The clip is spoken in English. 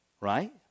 Right